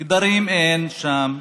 גדרות אין שם,